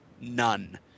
None